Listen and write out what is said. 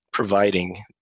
providing